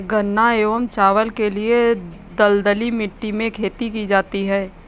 गन्ना एवं चावल के लिए दलदली मिट्टी में खेती की जाती है